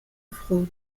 fraude